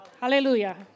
Hallelujah